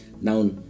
Now